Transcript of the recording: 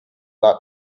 lab